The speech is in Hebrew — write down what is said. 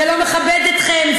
זה לא מכבד אתכם,